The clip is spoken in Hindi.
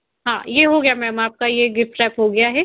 हाँ ये हो गया मैम आपका ये गिफ़्ट रैप हो गया है